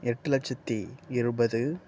எட்டு லட்சத்தி இருபது